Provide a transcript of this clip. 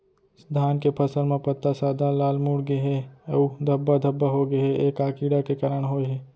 धान के फसल म पत्ता सादा, लाल, मुड़ गे हे अऊ धब्बा धब्बा होगे हे, ए का कीड़ा के कारण होय हे?